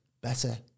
better